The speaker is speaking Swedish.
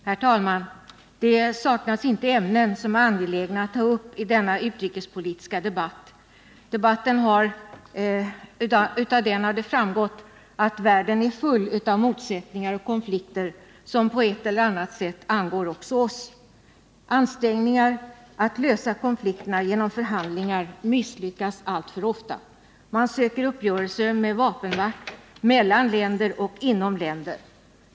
Herr talman! Det saknas inte ämnen som är angelägna att ta upp i denna utrikespolitiska debatt. Av debatten har framgått att världen är full av motsättningar och konflikter som på ett eller annat sätt angår också oss. Ansträngningar för att lösa konflikterna genom förhandlingar misslyckas alltför ofta. Man söker uppgörelser med vapenmakt mellan länder och inom länder.